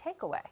Takeaway